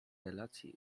relacji